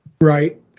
Right